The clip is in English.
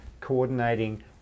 coordinating